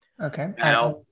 Okay